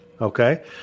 Okay